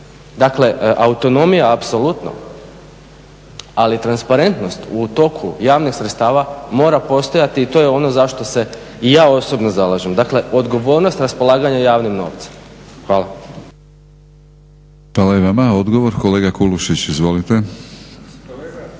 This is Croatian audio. Dakle, autonomija apsolutno, ali transparentnost u toku javnih sredstava mora postojati i to je ono za što se ja osobno zalažem. Dakle, odgovornost raspolaganja javnim novcem. Hvala.